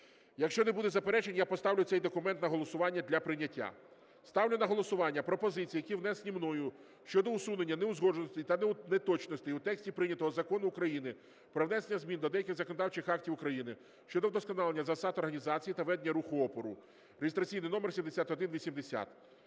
Якщо не буде заперечень, я поставлю цей документ на голосування для прийняття. Ставлю на голосування пропозиції, які внесені мною, щодо усунення неузгодженостей та неточностей у тексті прийнятого Закону України про внесення змін до деяких законодавчих актів України щодо вдосконалення засад організації та ведення руху опору (реєстраційний номер 7180).